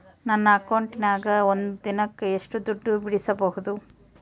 ನನ್ನ ಅಕೌಂಟಿನ್ಯಾಗ ಒಂದು ದಿನಕ್ಕ ಎಷ್ಟು ದುಡ್ಡು ಬಿಡಿಸಬಹುದು?